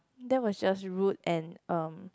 that was just rude and um